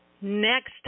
Next